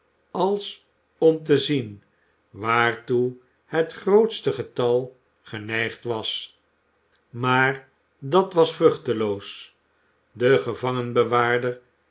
als om te zien waartoe het grootste getal geneigd was maar dat was vruchteloos de